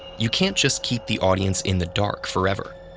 you can't just keep the audience in the dark forever.